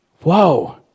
Whoa